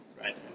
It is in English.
right